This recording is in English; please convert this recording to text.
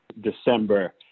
december